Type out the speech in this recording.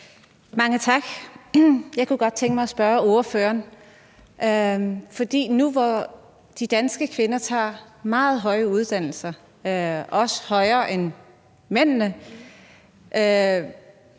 Mange tak. Jeg kunne godt tænke mig at spørge ordføreren: Nu, hvor de danske kvinder tager meget høje uddannelser, og også højere end mændene,